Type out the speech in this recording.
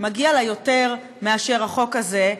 מגיע לה יותר מהחוק הזה,